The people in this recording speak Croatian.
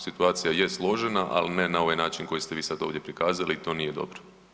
Situacija je složena, ali ne na ovaj način koji ste vi sada ovdje prikazali i to nije dobro.